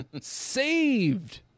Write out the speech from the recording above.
Saved